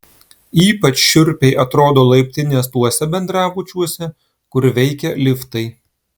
ypač šiurpiai atrodo laiptinės tuose bendrabučiuose kur veikia liftai